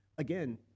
again